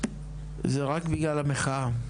זה רק בגלל המחאה.